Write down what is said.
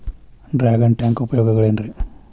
Dragon tank ಉಪಯೋಗಗಳೆನ್ರಿ?